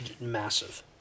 massive